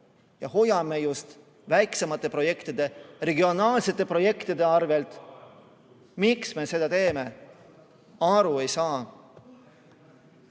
miljonit, just väiksemate projektide, regionaalsete projektide arvel. Miks me seda teeme? Aru ei saa. Ja